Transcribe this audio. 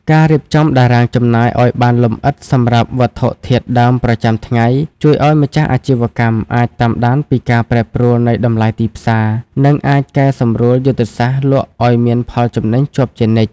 ការរៀបចំតារាងចំណាយឱ្យបានលម្អិតសម្រាប់វត្ថុធាតុដើមប្រចាំថ្ងៃ ជួយឱ្យម្ចាស់អាជីវកម្មអាចតាមដានពីការប្រែប្រួលនៃតម្លៃទីផ្សារ និងអាចកែសម្រួលយុទ្ធសាស្ត្រលក់ឱ្យមានផលចំណេញជាប់ជានិច្ច។